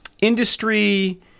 industry